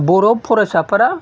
बर' फरायसाफोरा